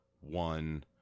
one